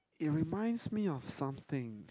it reminds me of something